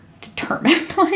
determined